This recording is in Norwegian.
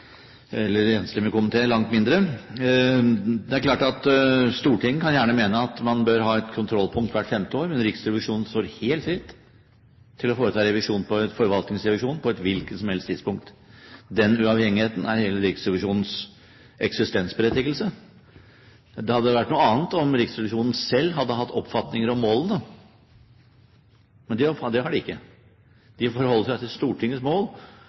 Stortinget kan gjerne mene at man bør ha et kontrollpunkt hvert femte år, men Riksrevisjonen står helt fritt til å foreta forvaltningsrevisjon på et hvilket som helst tidspunkt. Den uavhengigheten er hele Riksrevisjonens eksistensberettigelse. Det hadde vært noe annet om Riksrevisjonen selv hadde hatt oppfatninger om målene, men det har de ikke. De forholder seg til Stortingets mål